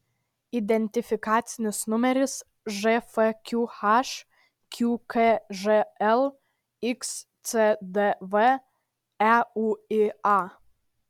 identifikacinis numeris žfqh qkžl xcdv euia